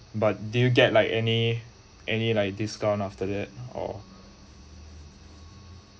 but did you get like any any like discount after that or